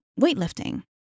weightlifting